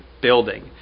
building